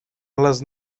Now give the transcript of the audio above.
les